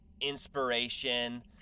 inspiration